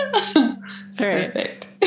Perfect